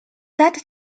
that